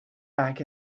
back